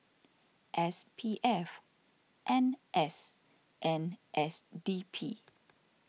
S P F N S and S D P